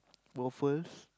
waffles